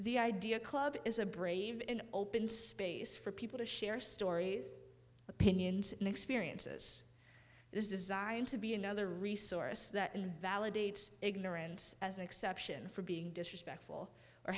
the idea club is a brave and open space for people to share stories opinions and experiences this is designed to be another resource that invalidates ignorance as an exception for being disrespectful or